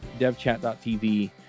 DevChat.tv